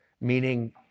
meaning